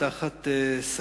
לצערנו הרב,